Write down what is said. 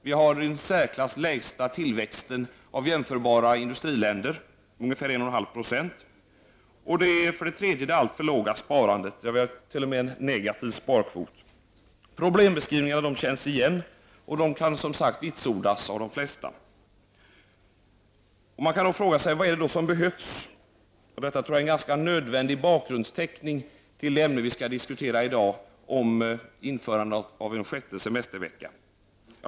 Vi har i särklass den lägsta tillväxten av jämförbara industriländer, ungefär 1,5 70. För det tredje är det det alltför låga sparandet — vi har t.o.m. en negativ sparkvot. Problembeskrivningarna känns igen och de kan vitsordas av de flesta. Då frågar man sig: Vad är det som behövs för att komma till rätta med problemen? Att göra den frågan klar för sig är en ganska nödvändig bakgrundsteckning till det ämne som vi i dag skall diskutera, nämligen införandet av en sjätte semestervecka.